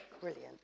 Brilliant